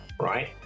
right